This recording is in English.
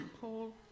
Paul